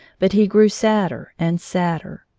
but he grew sadder and sadder.